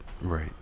Right